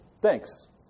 thanks